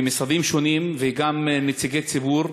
ממשרדים שונים וגם נציגי ציבור,